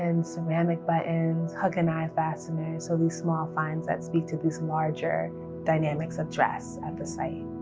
and ceramic buttons, hook and eye fasteners. so these small finds that speak to these larger dynamics of dress at the site.